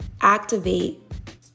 activate